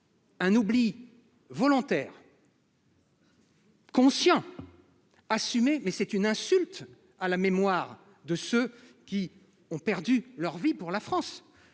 Un oubli volontaire, conscient et assumé constituerait une insulte à la mémoire de ceux qui ont donné leur vie à la France.